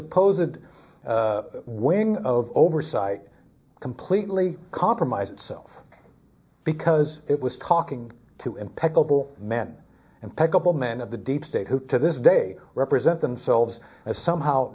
winning of oversight completely compromise itself because it was talking to impeccable men and pick up a man of the deep state who to this day represent themselves as somehow